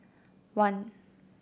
one